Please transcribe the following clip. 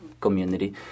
community